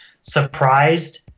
surprised